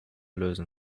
lösen